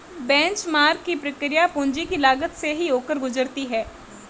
benchmark की प्रक्रिया पूंजी की लागत से ही होकर गुजरती है